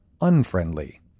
unfriendly